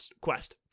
Quest